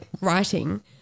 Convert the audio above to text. writing